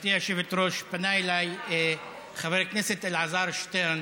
גברתי היושבת-ראש, פנה אליי חבר הכנסת אלעזר שטרן